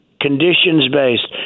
conditions-based